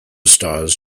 stars